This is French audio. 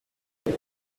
elle